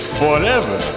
forever